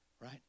right